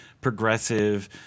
progressive